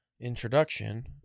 introduction